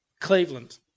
Cleveland